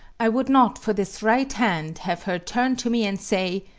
i would not for this right hand have her turn to me and say,